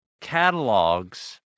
catalogs